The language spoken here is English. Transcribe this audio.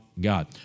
God